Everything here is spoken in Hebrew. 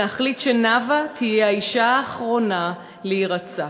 ולהחליט שנאוה תהיה האישה האחרונה להירצח.